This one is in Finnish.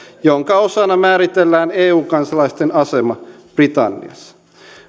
jonka osana määritellään eu kansalaisten asema britanniassa